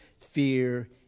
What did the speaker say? fear